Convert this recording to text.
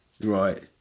Right